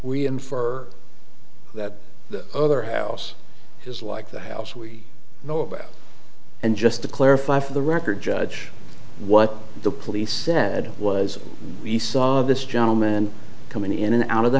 we infer that the other house is like the house we know about and just to clarify for the record judge what the police said was we saw this gentleman come in and out of the